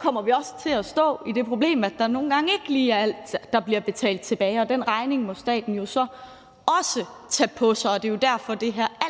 kommer vi også til at stå i det problem, at der ikke lige er alt, der bliver betalt tilbage, og den regning må staten jo så også tage på sig, og det er jo derfor, der altid